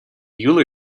euler